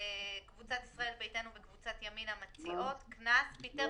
קבוצת ישראל ביתנו וקבוצת ימינה מציעות: "קנס 13א. פיטר